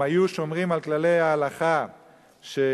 אם היו שומרים על כללי ההלכה שמפרידים